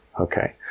Okay